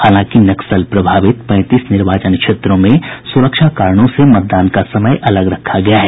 हालांकि नक्सल प्रभावित पैंतीस निर्वाचन क्षेत्रों में सुरक्षा कारणों से मतदान का समय अलग रखा गया है